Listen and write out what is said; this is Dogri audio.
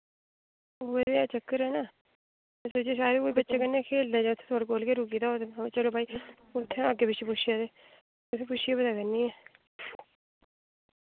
उ'ऐ ते चक्कर ऐ ना में सोचेआ शायद कोई बच्चे कन्नै खेलदा जां इत्थै थोआढ़े कोल गै रुकी गेआ होऐ ते महां चलो भाई हून इत्थै अग्गें पिच्छें पुच्छियै ते कुसा पुच्छियै पता करनी ऐं